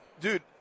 dude